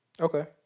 okay